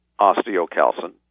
osteocalcin